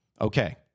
okay